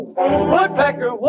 Woodpecker